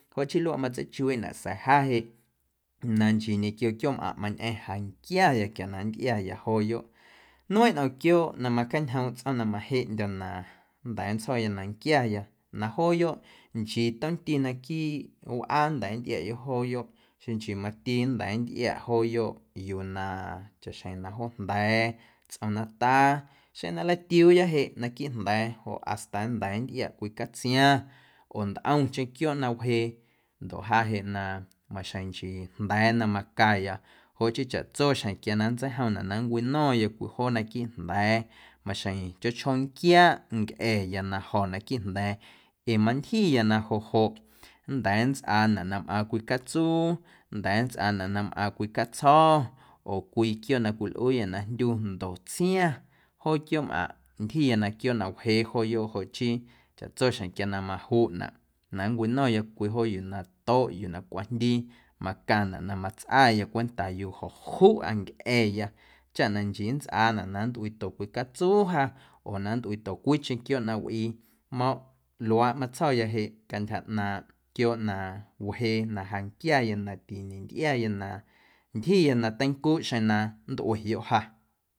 Joꞌ chii luaꞌ matseichuiiꞌnaꞌ sa̱a̱ ja jeꞌ na nchii ñequio quiooꞌmꞌaⁿ mañꞌa̱ⁿ ja nquiaya quia na nntꞌiaya jooyoꞌ nmeiⁿꞌ ntꞌom quiooꞌ na macañjoomꞌ tsꞌo̱ⁿ na majeꞌndyo̱ na nnda̱a̱ nntsjo̱ya na nquiaya na jooyoꞌ nchii tomti naquiiꞌ wꞌaa nnda̱a̱ nntꞌiayoꞌ jooyoꞌ xeⁿ nchii mati nnda̱a̱ nntꞌiaꞌ jooyoꞌ yuu na chaꞌxjeⁿ na joojnda̱a̱, tsꞌom nataa xeⁿ na nlatiuuya jeꞌ naquiiꞌ jnda̱a̱ joꞌ hasta nnda̱a̱ nntꞌiaꞌ cwii catsiaⁿ oo ntꞌomcheⁿ quiooꞌ na wjee ndoꞌ ja jeꞌ na maxjeⁿ nchii jnda̱a̱ na macaya joꞌ chii chaꞌtso xjeⁿ quia na nntseijomnaꞌ na nncwino̱ⁿya cwii joo naquiiꞌ jnda̱a̱ maxjeⁿ chjoo chjoo nquiaaꞌ ncꞌa̱ya na jo̱ naquiiꞌ jnda̱a̱ ee mantyjiya na joꞌ joꞌ nnda̱a̱ nntsꞌaanaꞌ na mꞌaaⁿ cwii catsuu nnda̱a̱ nntsꞌaanaꞌ na mꞌaaⁿ cwii catsjo̱ oo cwii quiooꞌ na cwilꞌuuyâ na jndyu ndotsiaⁿ joo quiooꞌmꞌaⁿꞌ ntyjiya na quiooꞌ na wjee jooyoꞌ joꞌ hii chaꞌtso xjeⁿ quia na majuꞌnaꞌ na nncwino̱ⁿya cwii joo yuu na toꞌ yuu na cwajndii macaⁿnaꞌ na matsꞌaya cwenta yuujo̱cjuꞌa ncꞌa̱ya chaꞌ na nnchii nntsꞌaanaꞌ na nntꞌuiito cwii catsuu ja oo na nntꞌuiito cwiicheⁿ quiooꞌ na wꞌii ma luaaꞌ matsjo̱ya jeꞌ cantyja ꞌnaaⁿꞌ quiooꞌ na wjee na ja nquiaya na tiñentꞌiaya na ntyjiya na teincuuꞌ xeⁿ na nntꞌueyoꞌ ja.